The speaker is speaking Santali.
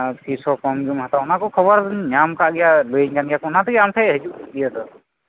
ᱦᱮᱸ ᱯᱷᱤᱥᱦᱚᱸ ᱠᱚᱢ ᱜᱮᱢ ᱦᱟᱛᱟᱣᱟ ᱚᱱᱟ ᱠᱚ ᱠᱷᱚᱵᱚᱨ ᱧᱟᱢ ᱟᱠᱟᱫ ᱜᱮᱭᱟ ᱞᱟᱹᱭ ᱤᱧ ᱠᱟᱱ ᱜᱮᱭᱟᱠᱚ ᱚᱱᱟᱛᱮᱜᱮ ᱟᱢᱴᱷᱮᱱ ᱦᱤᱡᱩᱜ ᱤᱭᱟᱹ ᱫᱚ